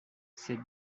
cette